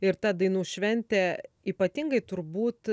ir ta dainų šventė ypatingai turbūt